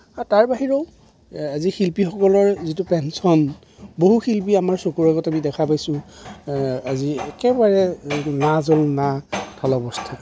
আৰু তাৰ বাহিৰেও যি শিল্পীসকলৰ যিটো পেঞ্চন বহু শিল্পী আমি চকুৰ আগত আমি দেখা পাইছোঁ আজি একেবাৰে নাজল নাথল অৱস্থা